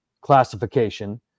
classification